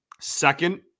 second